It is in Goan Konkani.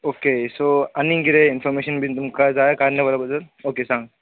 ओके सो आनीक कितें इन्फॅारमेशन बीन तुमका जाय कार्निवला बद्दल ओके सांग